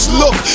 look